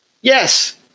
Yes